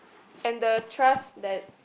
and the trust that